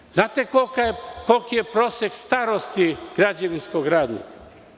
Da li znate koliki je prosek starosti građevinskog radnika?